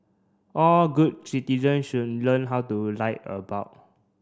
all good citizen should learn how to light a bulb